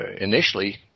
initially